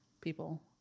people